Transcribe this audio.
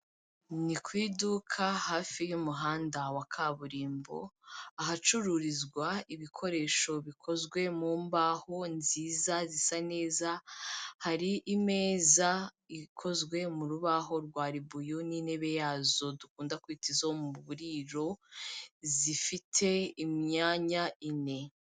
Ni ku iduka hafi y'umuhanda wa kaburimbo, ahacururizwa ibikoresho bikozwe mu mbaho nziza zisa neza, hari imeza ikozwe mu rubaho rwa ribuyu n'intebe yazo dukunda kwita izo mu buriro zifite imyanya ine.